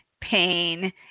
pain